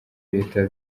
leta